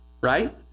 right